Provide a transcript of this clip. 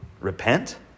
Repent